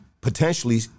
potentially